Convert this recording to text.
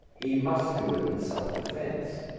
he must do it in self-defence.